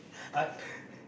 art